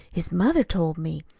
his mother told me.